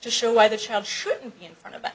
show why the child shouldn't be in front of